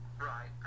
Right